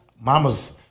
Mamas